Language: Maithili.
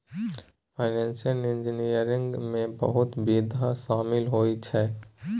फाइनेंशियल इंजीनियरिंग में बहुते विधा शामिल होइ छै